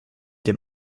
dem